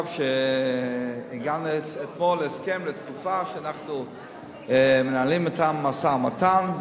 אתמול הגענו אתן להסכם לתקופה שאנחנו מנהלים אתן משא-ומתן,